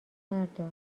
بردار